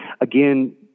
again